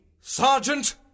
Sergeant